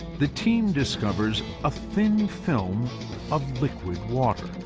the team discovers a thin film of liquid water.